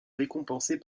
récompensés